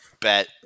bet